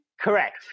Correct